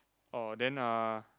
oh then uh